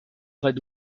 red